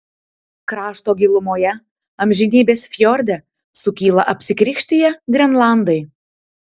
krašto gilumoje amžinybės fjorde sukyla apsikrikštiję grenlandai